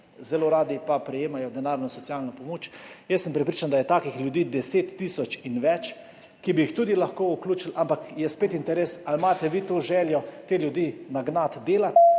zelo radi pa prejemajo denarno socialno pomoč. Jaz sem prepričan, da je takih ljudi 10 tisoč in več, ki bi jih tudi lahko vključili, ampak je spet interes, ali želite nagnati te ljudi delat